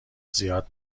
زیاد